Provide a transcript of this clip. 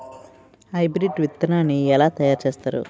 Hybrid విత్తనాన్ని ఏలా తయారు చేస్తారు?